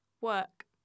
work